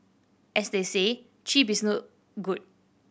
as they say cheap is no good